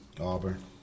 Auburn